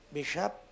Bishop